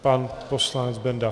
Pan poslanec Benda.